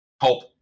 help